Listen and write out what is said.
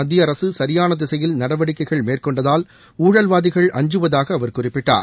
மத்திய சரியான திசையில் நடவடிக்கைகள் மேற்கொண்டதால் ஊழல்வாதிகள் அஞ்சுவதாக அவர் குறிப்பிட்டார்